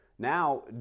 Now